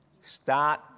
Start